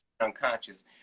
unconscious